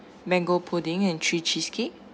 mango pudding and three cheesecake